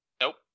Nope